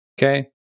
Okay